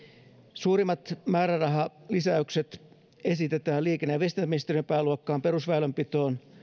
suurimmat määrärahalisäykset esitetään liikenne ja viestintäministeriön pääluokkaan perusväylänpitoon